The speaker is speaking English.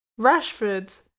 Rashford